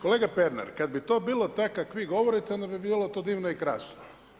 Kolega Pernar, kad bi to bilo tako kako vi govorite, onda bi bilo to divno i krasno.